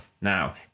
Now